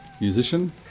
Musician